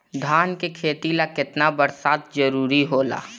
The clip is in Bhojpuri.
धान के खेती ला केतना बरसात जरूरी होला?